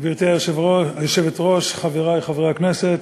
גברתי היושבת-ראש, חברי חברי הכנסת,